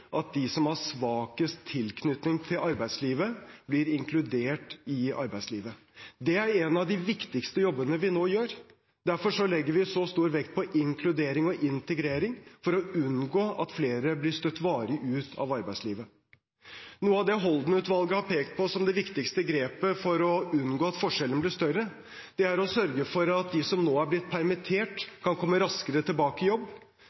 at de som har svakest tilknytning til arbeidslivet, blir inkludert i arbeidslivet. Det er en av de viktigste jobbene vi nå gjør. Derfor legger vi så stor vekt på inkludering og integrering for å unngå at flere blir støtt varig ut av arbeidslivet. Noe av det Holden-utvalget har pekt på som det viktigste grepet for å unngå at forskjellene blir større, er å sørge for at de som nå har blitt permittert, kan komme raskere tilbake i jobb.